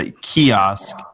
kiosk